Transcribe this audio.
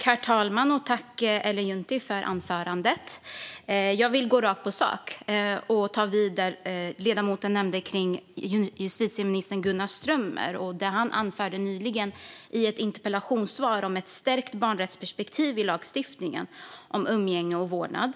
Herr talman! Jag tackar Ellen Juntti för anförandet. Låt mig gå rakt på sak och ta upp det ledamoten sa om det justitieminister Gunnar Strömmer nyligen anförde i ett interpellationssvar om ett stärkt barnrättsperspektiv i lagstiftningen när det gäller umgänge och vårdnad.